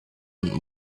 and